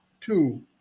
Two